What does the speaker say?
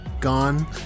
gone